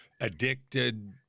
addicted